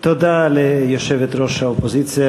תודה ליושבת-ראש האופוזיציה,